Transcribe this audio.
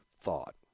thought